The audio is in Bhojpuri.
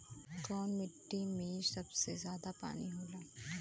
कौन मिट्टी मे सबसे ज्यादा पानी होला?